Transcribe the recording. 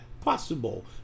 possible